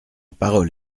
parole